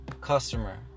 customer